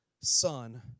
Son